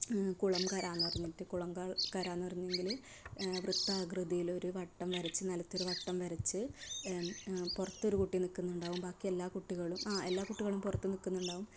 കുളം കരയെന്ന് പറഞ്ഞിട്ട് കുളം കരയെന്ന് പറഞ്ഞെങ്കിൽ വൃത്താകൃതിയിലൊരു വട്ടം വരച്ച് നിലത്ത് ഒരു വട്ടം വരച്ച് പുറത്തൊരു കുട്ടി നിൽക്കുന്നുണ്ടാവും ബാക്കി എല്ലാ കുട്ടികളും ആ എല്ലാ കുട്ടികളും പുറത്തു നിൽക്കുന്നുണ്ടാവും